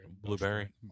Blueberry